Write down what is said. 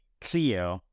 clear